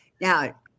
Now